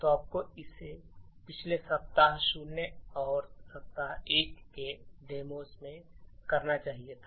तो आपको इसे पिछले सप्ताह 0 और सप्ताह 1 के डेमोस में करना चाहिए था